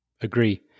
Agree